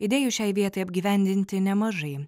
idėjų šiai vietai apgyvendinti nemažai